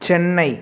Chennai